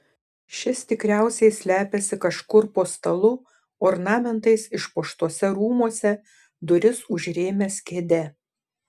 šis tikriausiai slepiasi kažkur po stalu ornamentais išpuoštuose rūmuose duris užrėmęs kėde